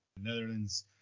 Netherlands